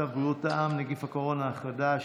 שצו בריאות העם (נגיף הקורונה החדש)